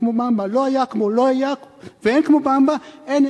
אין כמו 'במבה' / לא היה כמו לא היה ואין כמו 'במבה' / אין,